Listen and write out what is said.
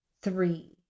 three